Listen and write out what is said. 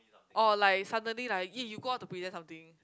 or like suddenly like eh you go out to present something